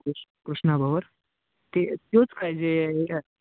कृष् कृष्णा भावर ते तेच का जे